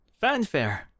Fanfare